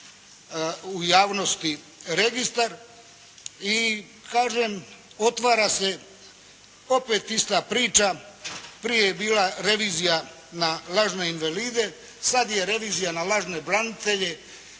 u javnosti registar i kažem otvara se opet ista priča. Prije je bila revizija na lažne invalide. Sad je revizija na lažne branitelje.